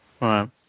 Right